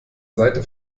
seite